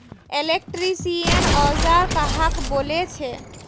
Electrician औजार कहाक बोले छे?